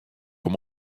him